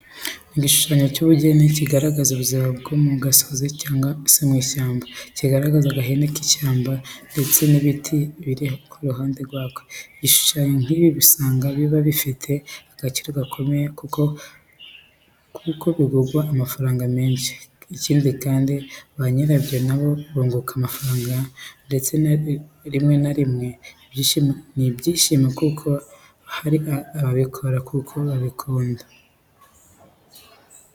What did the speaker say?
Ni igishushanyo cy'ubugeni kigaragaza ubuzima bwo mu gasozi cyangwa se mu ishyamba. Kiragaragaza agahene k'ishyamba ndetse n'ibiti biri iruhande rwako. Ibishushanyo nk'ibi usanga biba bifite agaciro gakomeye ku isoko kuko bigurishwa amafaranga menshi. Ikindi kandi, ba nyirabyo na bo bunguka amafaranga ndetse rimwe na rimwe n'ibyishimo kuko hari ababikora kuko babikunda.